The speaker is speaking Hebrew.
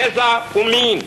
גזע ומין,